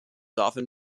often